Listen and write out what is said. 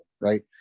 right